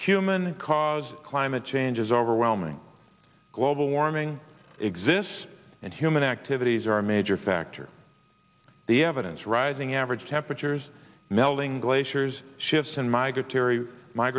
human caused climate change is overwhelming global warming exists and human activities are a major factor the evidence rising average temperatures melting glaciers shifts and m